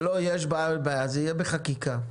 זה יהיה בחקיקה.